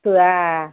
थोआ